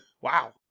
Wow